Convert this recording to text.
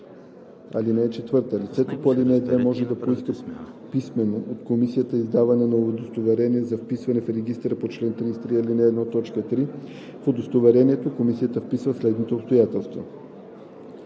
ал. 1. (4) Лицето по ал. 2 може да поиска писмено от комисията издаване на удостоверение за вписване в регистъра по чл. 33, ал. 1, т. 3. В удостоверението комисията вписва следните обстоятелства: